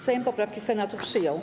Sejm poprawkę Senatu przyjął.